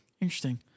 Interesting